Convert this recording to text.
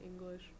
English